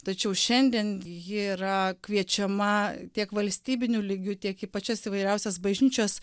tačiau šiandien ji yra kviečiama tiek valstybiniu lygiu tiek į pačias įvairiausias bažnyčios